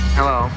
Hello